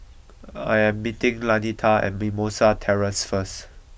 I am meeting Lanita at Mimosa Terrace first